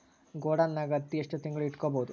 ಗೊಡಾನ ನಾಗ್ ಹತ್ತಿ ಎಷ್ಟು ತಿಂಗಳ ಇಟ್ಕೊ ಬಹುದು?